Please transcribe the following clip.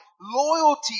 loyalty